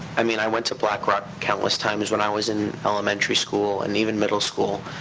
i mean, i went to black rock countless times when i was in elementary school and even middle school,